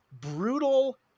brutal